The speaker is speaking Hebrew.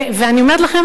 ואני אומרת לכם,